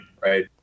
right